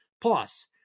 Plus